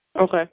Okay